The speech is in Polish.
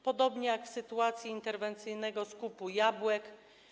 Podobnie jest w sytuacji interwencyjnego skupu jabłek.